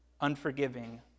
unforgiving